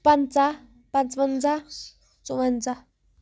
پانٛژاہ پانٛژوَنٛزاہ ژُوٚوَنٛزاہ